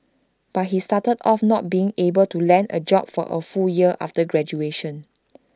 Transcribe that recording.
but he started off not being able to land A job for A full year after graduation